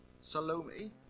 Salome